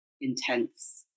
intense